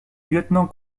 lieutenant